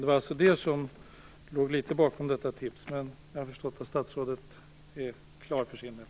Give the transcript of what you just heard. Det var alltså det som låg bakom detta tips. Jag har förstått att statsrådet nu är klar för sin del.